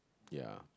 ya